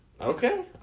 Okay